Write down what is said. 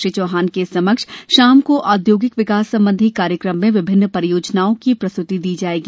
श्री चौहान के समक्ष शाम को औद्योगिक विकास संबंधी कार्यक्रम में विभिन्न परियोजनाओं की प्रस्तुति दी जायेगी